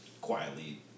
quietly